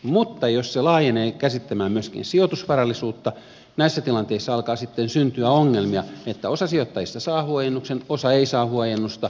mutta jos se laajenee käsittämään myöskin sijoitusvarallisuutta näissä tilanteissa alkaa sitten syntyä ongelmia että osa sijoittajista saa huojennuksen osa ei saa huojennusta